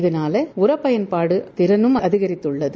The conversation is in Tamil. இதனால் உர பயன்பாடு திறலும் அதிகித்துள்ளது